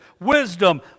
wisdom